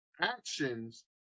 actions